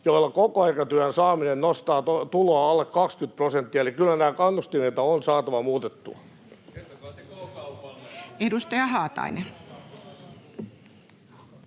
joilla kokoaikatyön saaminen nostaa tuloa alle 20 prosenttia. Eli kyllä näitä kannustimia on saatava muutettua. [Timo Harakka: